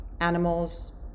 animals